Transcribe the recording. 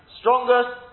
strongest